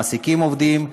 מעסיקים עובדים,